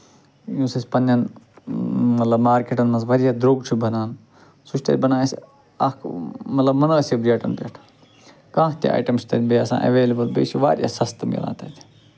یُس اَسہِ پَنٕنٮ۪ن مطلب مارکٮ۪ٹَن منٛز واریاہ درٛۅگ چھُ بَنان سُہ چھُ تتہِ بَنان اَسہِ اکھ مطلب مُنٲسِب ریٹَن پٮ۪ٹھ کانٛہہ تہِ آیٹم چھُ بیٚیہِ تتہِ آسان ایٚویلیبٔل بیٚیہِ چھُ واریاہ سَستہٕ میلان تَتہِ